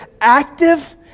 active